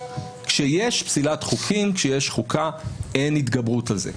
כשיש פסילת חוקים, כשיש חוקה, אין התגברות על זה.